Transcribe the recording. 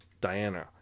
Diana